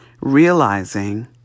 realizing